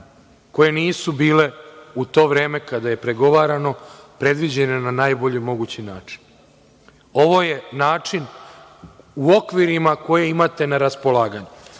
koje nisu bile u to vreme kada je pregovarano predviđene na najbolji mogući način. Ovo je način u okvirima koje imate na raspolaganju.